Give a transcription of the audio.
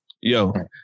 Yo